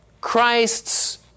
Christ's